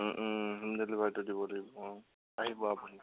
home ডেলিভাৰীটো দিব লাগিব অ' আহিব আপুনি